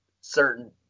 certain